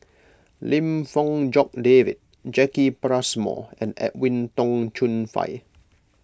Lim Fong Jock David Jacki Passmore and Edwin Tong Chun Fai